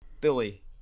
billy